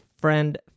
friend